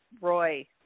Roy